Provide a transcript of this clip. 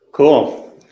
Cool